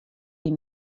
wie